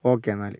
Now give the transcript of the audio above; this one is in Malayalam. ഓക്കേ എന്നാൽ